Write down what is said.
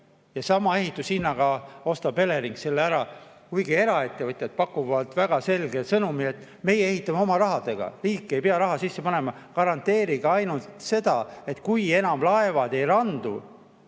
ja sama ehitushinnaga ostab Elering selle ära. Kuigi eraettevõtjad pakuvad väga selge sõnumi, et meie ehitame oma rahaga, riik ei pea raha sisse panema, garanteerige ainult seda, et kui laevad enam